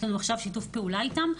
יש לנו עכשיו שיתוף פעולה איתם,